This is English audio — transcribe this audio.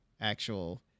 actual